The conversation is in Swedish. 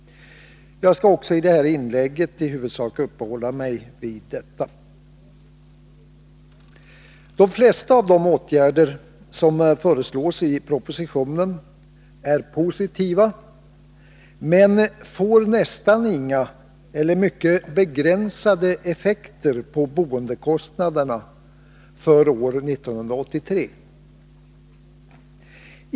Jag skall i detta inlägg i huvudsak uppehålla mig vid detta. De flesta av de åtgärder som föreslås i propositionen är positiva, men de får nästan inga — eller mycket begränsade — effekter på boendekostnaderna för år 1983.